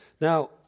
Now